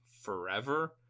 Forever